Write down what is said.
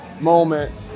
moment